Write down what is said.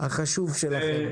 החשוב שלכם.